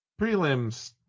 prelims